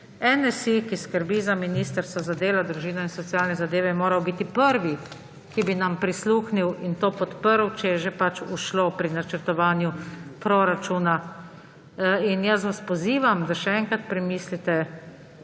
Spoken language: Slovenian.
NSi, ki skrbi za Ministrstvo za delo, družino in socialne zadeve, moral biti prvi, ki bi nam prisluhnil in to podprl, če je že ušlo pri načrtovanju proračuna. Jaz vas pozivam, da še enkrat premislite.